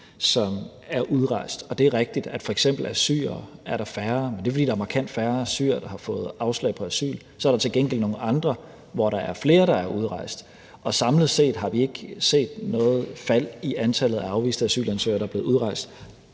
der er udrejst. Og det er rigtigt, at der f.eks. er færre syrere. Det er, fordi der er markant færre syrere, der har fået afslag på asyl. Så er der til gengæld nogle andre, hvor der er flere, der er udrejst. Og samlet set har vi ikke set noget fald i antallet af afviste asylansøgere i forhold til udrejse,